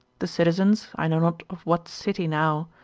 the citizens, i know not of what city now,